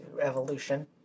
evolution